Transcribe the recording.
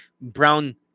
brown